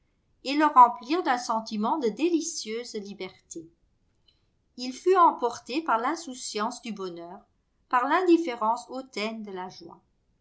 et le remplirent d'un sentiment de délicieuse liberté il fut emporté par l'insouciance du bonheur par l'indifférence hautaine de la joie